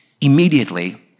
Immediately